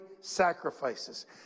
sacrifices